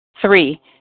Three